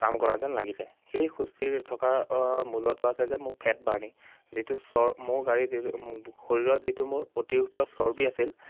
কাম কৰা যেন লাগিছে সেই সুস্থিৰ থকাৰ মূলতো আছে যে মোৰ ফেট বাৰ্ণিং যিটো চৰ মোৰ গাড়ী শৰীৰত যিটো মোৰ অতিৰিক্ত চৰ্বি আছিল